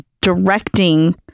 directing